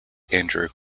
andrew